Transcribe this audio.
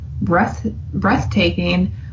breathtaking